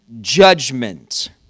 judgment